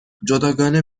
جداگانه